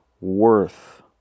worth